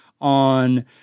on